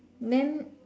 then